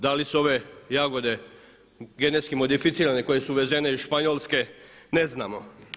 Da li su ove jagode genetski modificirane koje su uvezene iz Španjolske, ne znamo.